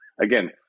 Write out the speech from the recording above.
again